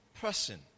person